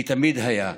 כי זה תמיד היה.